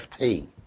FT